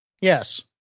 Yes